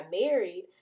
married